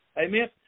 Amen